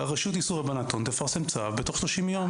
הרשות לאיסור הלבנת הון תפרסם צו בתוך 30 ימים.